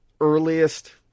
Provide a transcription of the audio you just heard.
earliest